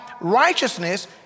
righteousness